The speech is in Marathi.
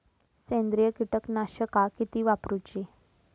सेंद्रिय कीटकनाशका किती वापरूची?